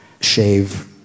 shave